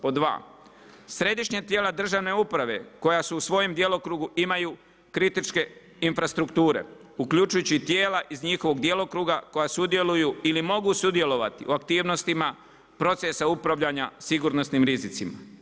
Pod dva, središnja tijela državne uprave koja su u svojem djelokrugu imaju kritičke infrastrukture uključujući tijela iz njihovog djelokruga koja sudjeluju ili mogu sudjelovati u aktivnostima procesa upravljanja sigurnosnim rizicima.